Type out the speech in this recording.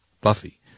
Buffy